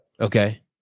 Okay